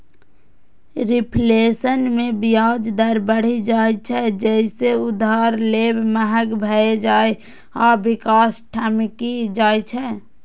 reflation मे ब्याज दर बढ़ि जाइ छै, जइसे उधार लेब महग भए जाइ आ विकास ठमकि जाइ छै